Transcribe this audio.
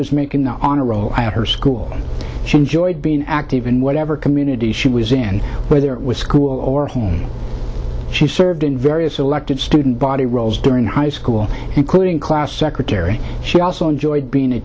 was making the honor roll her school she enjoyed being active in whatever community she was in whether it was school or home she served in various elective student body roles during high school including class secretary she also enjoyed being a